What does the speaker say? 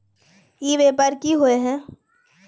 ई व्यापार की होय है?